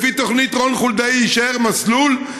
לפי התוכנית של רון חולדאי יישאר מסלול,